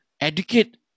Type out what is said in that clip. educate